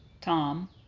Tom